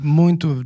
muito